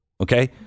okay